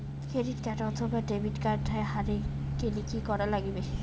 Credit card অথবা debit card হারে গেলে কি করা লাগবে?